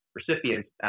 recipients